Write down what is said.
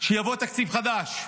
שיבוא תקציב חדש?